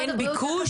אין ביקוש?